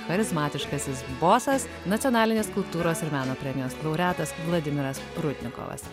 charizmatiškasis bosas nacionalinės kultūros ir meno premijos laureatas vladimiras prudnikovas